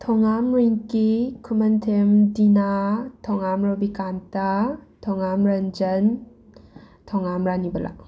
Thongam Rinky Khumanthem Tina Thongam Rabikanta Thongam Ranjan Thongam Ranibala